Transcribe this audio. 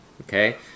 Okay